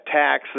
tax